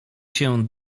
się